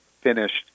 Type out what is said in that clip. finished